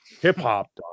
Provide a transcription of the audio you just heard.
hip-hop